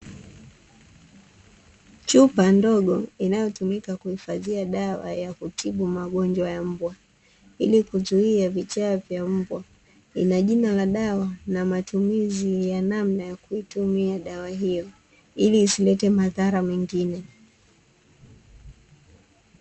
Chupa ndogo inayotumika kuhifadhia dawa ya kutibu magonjwa ya mbwa ili kuzuia vichaa vya mbwa, ina jina ka dawa na matumizi ya namna ya kuitumia dawa hiyo ili isilete madhara mengine.